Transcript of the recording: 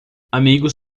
amigos